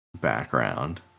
background